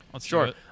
Sure